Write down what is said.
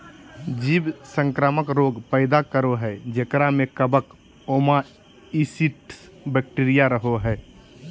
जीव संक्रामक रोग पैदा करो हइ जेकरा में कवक, ओमाइसीट्स, बैक्टीरिया रहो हइ